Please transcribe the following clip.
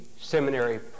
seminary